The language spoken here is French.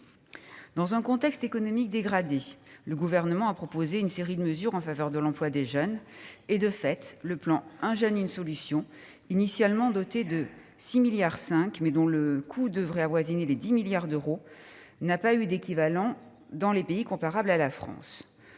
Dans un contexte économique dégradé, le Gouvernement a proposé une série de mesures en faveur de l'emploi des jeunes. De fait, le plan « 1 jeune, 1 solution », initialement doté de 6,5 milliards d'euros mais dont le coût devrait avoisiner les 10 milliards d'euros, n'a pas eu d'équivalent dans les pays comparables à la France.